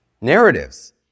Narratives